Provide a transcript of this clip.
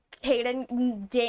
hayden